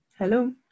Hello